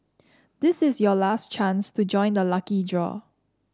this is your last chance to join the lucky draw